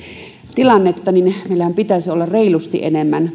tilannetta niin meillähän pitäisi olla reilusti enemmän